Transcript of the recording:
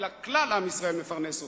אלא כלל עם ישראל מפרנס אותם.